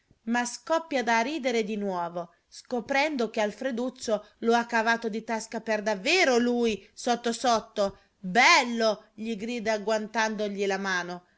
ma scoppia a ridere di nuovo scoprendo che alfreduccio lo ha cavato di tasca per davvero lui sotto sotto bello gli grida agguantandogli la mano